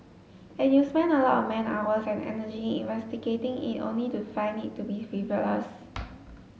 and you spend a lot of man hours and energy investigating it only to find it to be frivolous